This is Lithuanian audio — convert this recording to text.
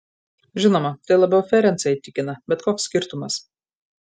žinoma tai labiau ferencą įtikina bet koks skirtumas